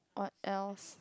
what else